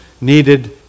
needed